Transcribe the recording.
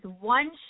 one